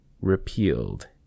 Repealed